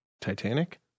Titanic